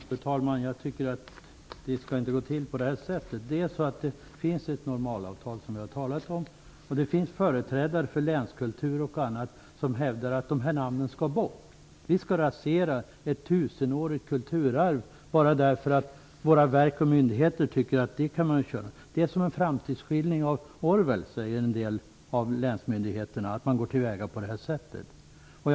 Fru talman! Jag tycker inte att det skall gå till på det här sättet. Det finns ett normalavtal som vi har talat om, och det finns företrädare för länskultur och annat som hävdar att de här namnen skall bort. Vi skall rasera ett tusenårigt kulturarv bara för att våra verk och myndigheter tycker att man kan göra det. Att man går till väga på det här sättet är som en framtidsskildring av Orwell, säger en del av länsmyndigheterna.